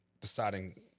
deciding